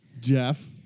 Jeff